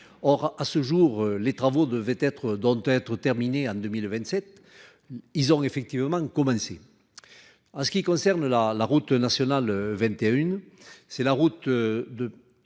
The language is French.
Or à ce jour, les travaux devaient être dans d'être terminé en 2027. Ils ont effectivement commencé. En ce qui concerne la, la route nationale 21, c'est la route de.